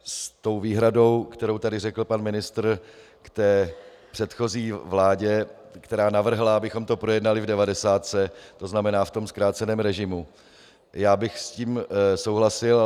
S výhradou, kterou tady řekl pan ministr k předchozí vládě, která navrhla, abychom to projednali v devadesátce, to znamená ve zkráceném režimu, bych souhlasil.